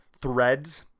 threads